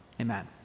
Amen